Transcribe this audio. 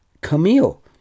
Camille